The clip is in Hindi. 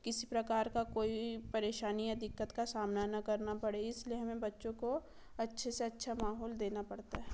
किसी प्रकार का कोई परेशानी या दिक्कत का सामना ना करना पड़े इसलिए हमें बच्चों को अच्छे से अच्छा माहौल देना पड़ता है